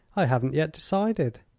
i haven't yet decided.